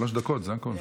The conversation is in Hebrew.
שלוש דקות, זה הכול.